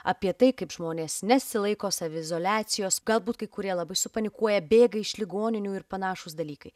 apie tai kaip žmonės nesilaiko saviizoliacijos galbūt kai kurie labai supanikuoja bėga iš ligoninių ir panašūs dalykai